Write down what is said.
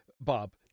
Bob